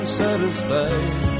satisfied